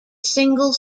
single